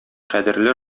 кадерле